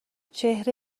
چهره